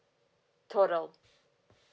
total